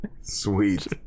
Sweet